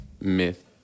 Myth